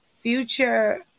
future